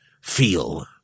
feel